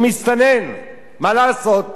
הוא מסתנן, מה לעשות.